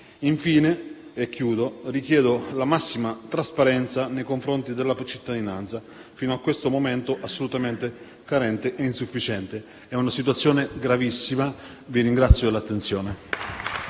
Infine, richiedo la massima trasparenza nei confronti della cittadinanza, fino a questo momento assolutamente carente e insufficiente. È una situazione gravissima. *(Applausi dal Gruppo